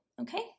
Okay